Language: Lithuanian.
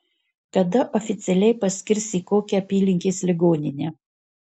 kada oficialiai paskirs į kokią apylinkės ligoninę